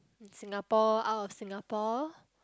in Singapore out of Singapore